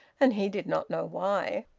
and he did not know why.